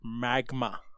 magma